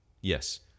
Yes